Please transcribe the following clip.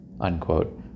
unquote